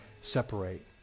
separate